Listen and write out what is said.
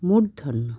মূর্ধ্য ণ